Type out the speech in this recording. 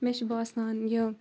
مےٚ چھِ باسان یہِ